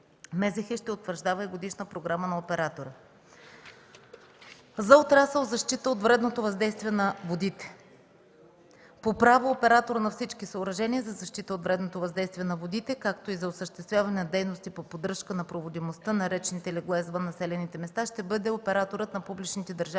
храните ще утвърждава и годишна програма на оператора.” За отрасъл „Защита от вредното въздействие на водите”: „По право оператор на всички съоръжения на защита от вредното въздействие на водите както и за осъществяване на дейности по поддръжка на проводимостта на речните легла извън населените места ще бъде операторът на публичните държавни